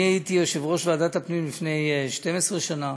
אני הייתי יושב-ראש ועדת הפנים לפני 12 שנה